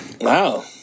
Wow